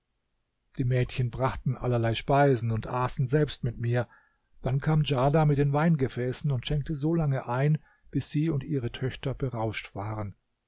die mädchen brachten allerlei speisen und aßen selbst mit mir dann kam djarda mit den weingefäßen und schenkte so lange ein bis sie und ihre töchter berauscht waren